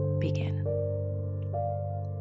begin